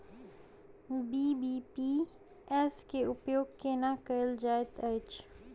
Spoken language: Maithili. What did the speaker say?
बी.बी.पी.एस केँ उपयोग केना कएल जाइत अछि?